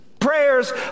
prayers